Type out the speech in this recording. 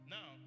Now